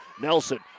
Nelson